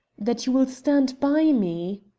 that you will stand by me?